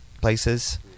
places